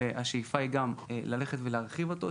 והשאיפה היא גם ללכת ולהרחיב אותו,